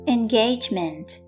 Engagement